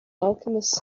alchemist